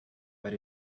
but